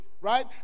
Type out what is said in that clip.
right